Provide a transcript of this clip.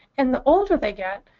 and the older they get,